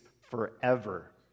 forever